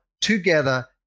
together